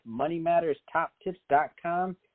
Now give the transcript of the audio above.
moneymatterstoptips.com